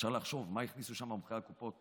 אפשר לחשוב מה יכניסו שם, מאחורי הקופות.